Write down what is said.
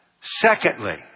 Secondly